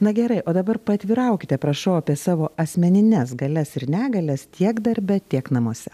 na gerai o dabar paatviraukite prašau apie savo asmenines galias ir negalias tiek darbe tiek namuose